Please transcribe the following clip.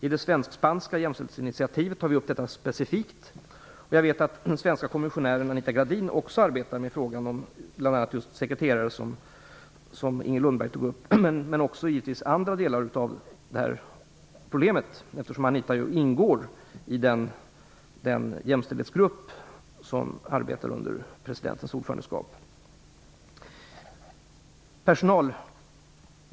I det svenskspanska jämställdhetsinitiativet tar vi upp detta specifikt. Jag vet att den svenska kommissionären Anita Gradin också arbetar med frågan om bl.a. just sekreterare, som Inger Lundberg tog upp, men givetvis också andra delar av problemet, eftersom Anita Gradin ingår i den jämställdhetsgrupp som arbetar under presidentens ordförandeskap.